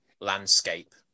landscape